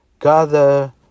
gather